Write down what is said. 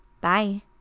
Bye